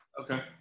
Okay